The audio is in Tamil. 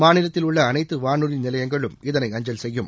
மாநிலத்தில் உள்ள அனைத்து வானொலி நிலையங்களும் இதனை அஞ்சல் செய்யும்